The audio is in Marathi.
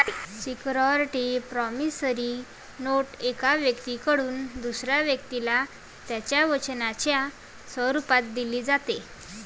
सिक्युरिटी प्रॉमिसरी नोट एका व्यक्तीकडून दुसऱ्या व्यक्तीला त्याच्या वचनाच्या स्वरूपात दिली जाते